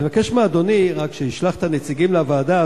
אני מבקש מאדוני רק שישלח את הנציגים לוועדה,